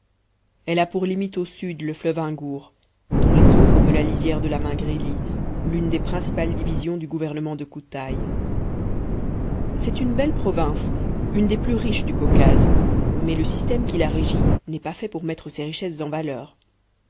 elle a pour limite au sud le fleuve ingour dont les eaux forment la lisière de la mingrélie l'une des principales divisions du gouvernement de koutaïs c'est une belle province une des plus riches du caucase mais le système qui la régit n'est pas fait pour mettre ses richesses en valeur